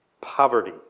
poverty